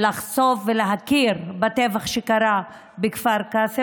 לחשוף ולהכיר בטבח שקרה בכפר קאסם.